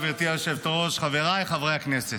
גברתי היושבת-ראש, חבריי חברי הכנסת,